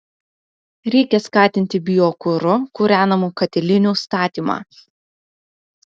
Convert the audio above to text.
reikia skatinti biokuru kūrenamų katilinių statymą